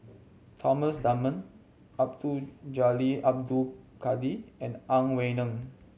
Thomas Dunman Abdul Jalil Abdul Kadir and Ang Wei Neng